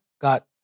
got